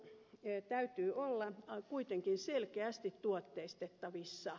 palvelun täytyy kuitenkin olla selkeästi tuotteistettavissa